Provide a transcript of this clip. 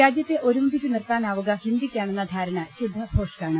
രാജ്യത്തെ ഒരുമിപ്പിച്ച് നിർത്താനാവുക ഹിന്ദിക്കാണെന്ന ധാരണ ശുദ്ധഭോഷ്കാണ്